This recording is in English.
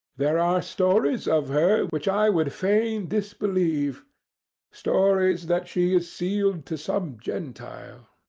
there are stories of her which i would fain disbelieve stories that she is sealed to some gentile.